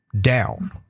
down